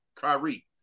Kyrie